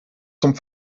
zum